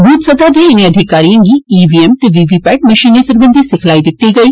booth सतह दे इनें अधिकारिएं गी ईवीएम ते वीवीपैट मशीनें सरबंधी सिखलाई दित्ती गेई